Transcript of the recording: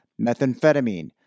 methamphetamine